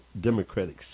democratic